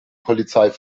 polizei